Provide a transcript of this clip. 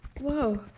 whoa